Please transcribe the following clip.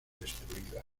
destruida